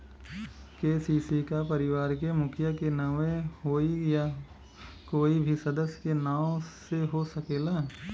KCC का परिवार के मुखिया के नावे होई या कोई भी सदस्य के नाव से हो सकेला?